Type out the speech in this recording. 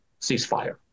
ceasefire